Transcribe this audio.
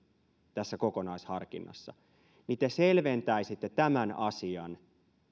tässä kokonaisharkinnassa niin te selventäisitte tämän asian